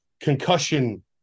concussion